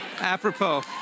Apropos